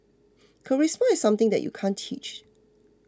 charisma is something that you can't teach